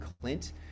clint